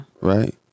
Right